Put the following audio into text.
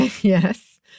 Yes